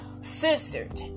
censored